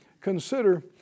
consider